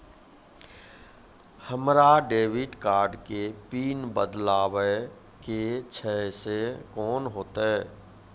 हमरा debit card के PIN बदलबावै के छैं से कौन होतै?